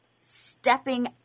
stepping